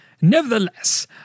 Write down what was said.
Nevertheless